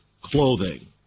clothing